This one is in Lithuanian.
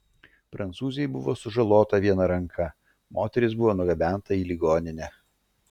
prancūzei buvo sužalota viena ranka moteris buvo nugabenta į ligoninę